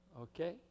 Okay